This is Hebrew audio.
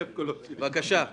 בפריפריה.